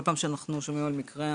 כל פעם שאנחנו שומעים על מקרה,